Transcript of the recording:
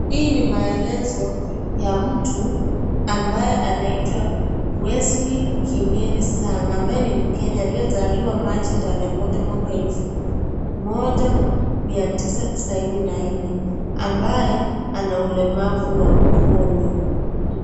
Hii ni maelezo ya mtu ambaye anaitwa Wesley Kimeli Sang, ambaye ni mkenya aliyezaliwa Machi tarehe moja mwaka wa elfu moja I tisaini na nne, ambaye ako na ulemavu wa mkono.